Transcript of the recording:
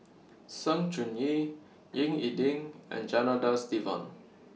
Sng Choon Yee Ying E Ding and Janadas Devan